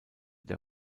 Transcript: der